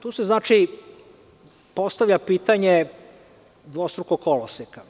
Tu se znači, postavlja pitanje dvostrukog koloseka.